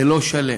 זה לא שלם.